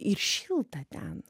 ir šilta ten